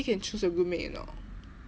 can choose your groupmate or not